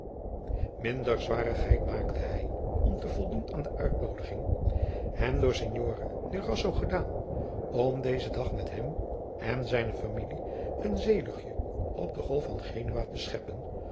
minder zwarigheid maakte hij om te voldoen aan de uitnoodiging hem door signore durazzo gedaan om dezen dag met hem en zijne familie een zeeluchtje op de golf van genua te scheppen